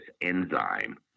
enzyme